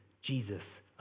Jesus